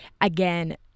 again